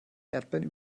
erdbeeren